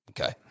Okay